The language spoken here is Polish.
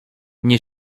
nie